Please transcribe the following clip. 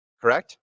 Correct